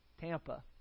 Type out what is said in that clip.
Tampa